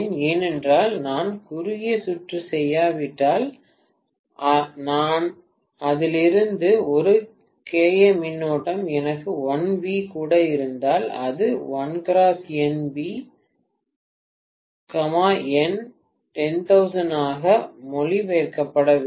ஏனென்றால் நான் குறுகிய சுற்று செய்யாவிட்டால் நான் இருந்தால் ஒரு 10 kA மின்னோட்டம் எனக்கு 1 V கூட இருந்தால் அது 1xN V N 10000 ஆக மொழிபெயர்க்கப்பட வேண்டும்